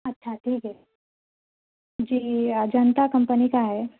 اچھا ٹھیک ہے جی اجنتا کمپنی کا ہے